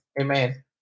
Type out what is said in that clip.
Amen